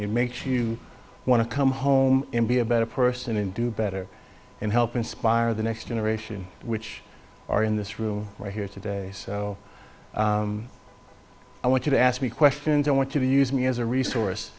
makes you want to come home and be a better person and do better and help inspire the next generation which are in this room right here today so i want you to ask me questions i want to use me as a resource